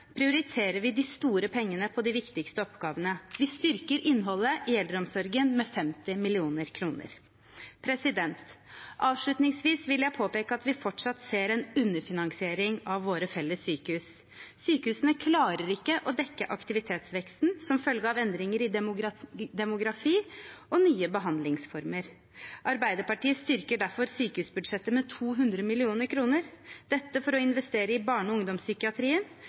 prioriterer vi de store pengene til de viktigste oppgavene. Vi styrker innholdet i eldreomsorgen med 50 mill. kr. Avslutningsvis vil jeg påpeke at vi fortsatt ser en underfinansiering av våre felles sykehus. Sykehusene klarer ikke å dekke aktivitetsveksten som følger av endringer i demografi og nye behandlingsformer. Arbeiderpartiet styrker derfor sykehusbudsjettet med 200 mill. kr – dette for å investere i barne- og ungdomspsykiatrien,